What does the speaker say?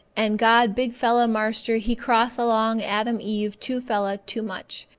and god big fella marster he cross along adam eve two fella too much,